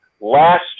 last